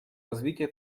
развития